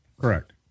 Correct